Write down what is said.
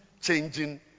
changing